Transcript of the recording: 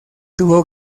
tuvo